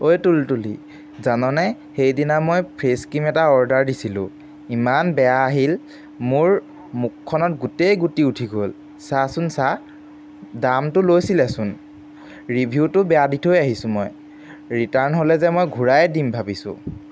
ঐ টুলটুলি জাননে সেইদিনা মই ফেচ ক্ৰীম এটা অৰ্ডাৰ দিছিলোঁ ইমান বেয়া আহিল মোৰ মুখখনত গোটেই গুটি উঠি গ'ল চাচোন চা দামটো লৈছিলেচোন ৰিভিউটো বেয়া দি থৈ আহিছোঁ মই ৰিটাৰ্ণ হ'লে যে মই ঘূৰাই দি থৈ আহিম ভাবিছোঁ